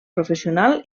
professional